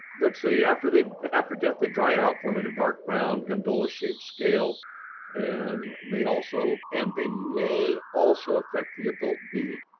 let's see, after they after death they dry, forming a dark brown gondola shaped scale and may also and they may also affect the adult bee.